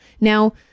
Now